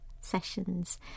sessions